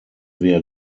wir